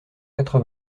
quatre